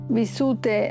vissute